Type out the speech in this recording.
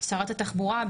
שרת התחבורה,